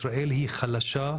קשה למדוד את החוסן הלאומי,